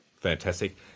Fantastic